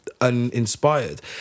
uninspired